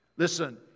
Listen